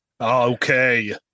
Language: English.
Okay